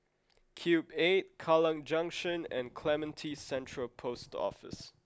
Cube eight Kallang Junction and Clementi Central Post Office